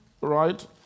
right